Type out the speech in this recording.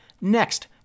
Next